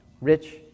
rich